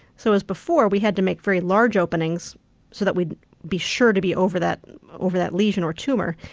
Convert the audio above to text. so as before, when we had to make very large openings so that we'd be sure to be over that over that lesion or tumour,